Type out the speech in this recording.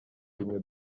bimwe